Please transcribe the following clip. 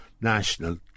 national